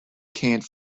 can’t